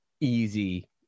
easy